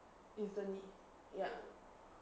instantly ya